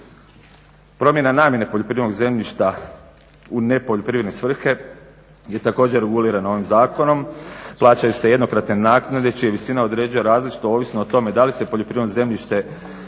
Promjena namjene poljoprivrednog zemljišta u nepoljoprivredne svrhe je također regulirana ovim zakonom, plaćaju se jednokratne naknade čija se visina određuje različito, ovisno o tome da li se poljoprivredno zemljište